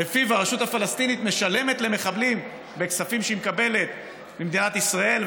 שלפיו הרשות הפלסטינית משלמת למחבלים בכספים שהיא מקבלת ממדינת ישראל,